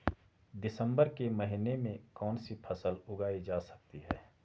दिसम्बर के महीने में कौन सी फसल उगाई जा सकती है?